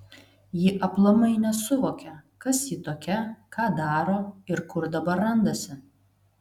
ji aplamai nesuvokia kas ji tokia ką daro ir kur dabar randasi